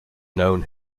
known